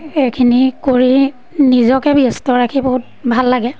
এইখিনি কৰি নিজকে ব্যস্ত ৰাখি বহুত ভাল লাগে